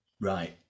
Right